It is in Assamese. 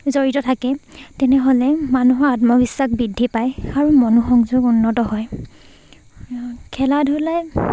জড়িত থাকে তেনেহ'লে মানুহৰ আত্মবিশ্বাস বৃদ্ধি পায় আৰু মনোসংযোগ উন্নত হয় খেলা ধূলাই